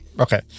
Okay